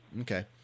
Okay